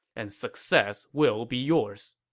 and success will be yours.